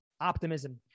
optimism